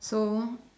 so